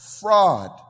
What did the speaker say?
fraud